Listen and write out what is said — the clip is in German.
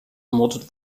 ermordet